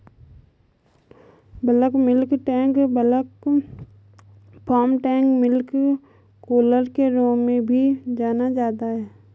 bulk milk tank bulk farm tank milk cooler के रूप में भी जाना जाता है,